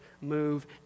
move